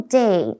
day